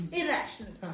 irrational